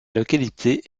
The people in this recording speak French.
localité